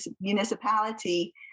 municipality